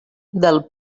del